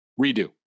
redo